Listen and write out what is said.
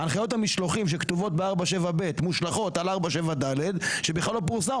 הנחיות המשלוחים שכתובות ב-4.7ב' מושלכות על 4.7ד' שבכלל לא פורסם,